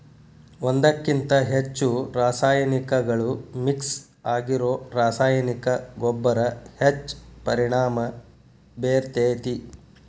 ಒಂದ್ಕಕಿಂತ ಹೆಚ್ಚು ರಾಸಾಯನಿಕಗಳು ಮಿಕ್ಸ್ ಆಗಿರೋ ರಾಸಾಯನಿಕ ಗೊಬ್ಬರ ಹೆಚ್ಚ್ ಪರಿಣಾಮ ಬೇರ್ತೇತಿ